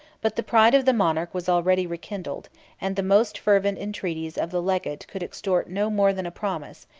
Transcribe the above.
but the pride of the monarch was already rekindled and the most fervent entreaties of the legate could extort no more than a promise,